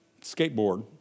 skateboard